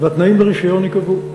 והתנאים ברישיון ייקבעו.